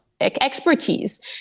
expertise